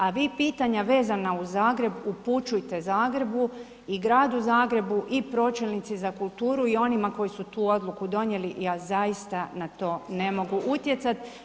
A vi pitanja vezana uz Zagreb upućujte Zagrebu i gradu Zagrebu i pročelnici za kulturu i onima koji su tu odluku donijeli, ja zaista na to ne mogu utjecat.